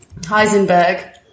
Heisenberg